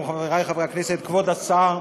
חברי חברי הכנסת, כבוד השר,